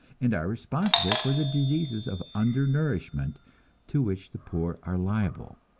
and are responsible for the diseases of undernourishment to which the poor are liable.